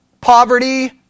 poverty